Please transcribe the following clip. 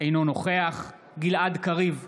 אינו נוכח גלעד קריב,